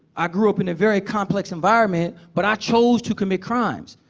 i grew up in a very complex environment, but i chose to commit crimes,